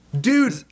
Dude